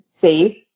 safe